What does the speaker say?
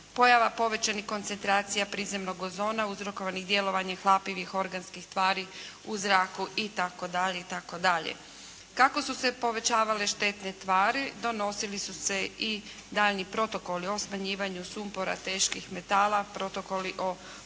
pojava povećanih koncentracija prizemnog ozona uzrokovanih djelovanjem hlapivih organskih tvari u zraku itd. itd. Kako su se povećavale štetne tvari donosili su se i daljnji protokoli o smanjivanju sumpora teških metala, protokoli o